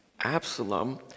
Absalom